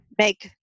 make